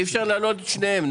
אי אפשר להעלות את שניהם.